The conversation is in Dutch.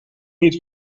niet